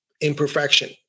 imperfection